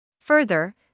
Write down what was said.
Further